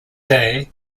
day